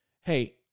hey